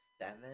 Seven